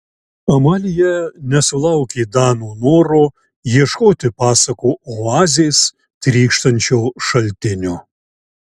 amalija nesulaukė dano noro ieškoti pasakų oazės trykštančio šaltinio